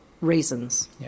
reasons